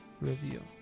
Review